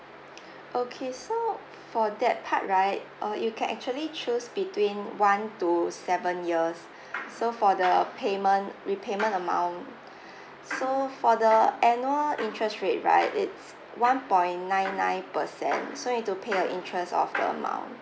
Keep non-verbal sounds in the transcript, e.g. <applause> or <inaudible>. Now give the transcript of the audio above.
<breath> okay so for that part right uh you can actually choose between one to seven years <breath> so for the payment repayment amount <breath> so for the annual interest rate right it's one point nine nine percent so need to pay your interest of the amount